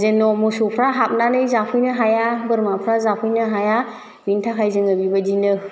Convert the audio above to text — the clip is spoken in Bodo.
जेन' मोसौफ्रा हाबनानै जाफैनो हाया बोरमाफ्रा जाफैनो हाया बिनि थाखाय जोङो बेबायदिनो